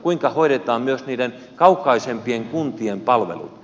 kuinka hoidetaan myös niiden kaukaisempien kuntien palvelut